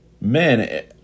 Man